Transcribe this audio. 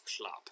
club